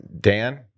dan